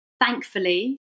thankfully